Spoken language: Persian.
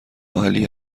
عالی